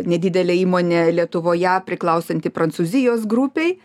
nedidelė įmonė lietuvoje priklausanti prancūzijos grupei